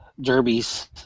derbies